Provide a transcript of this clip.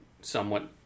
somewhat